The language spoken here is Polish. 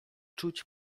czuć